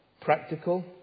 practical